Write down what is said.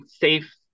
safe